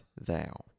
thou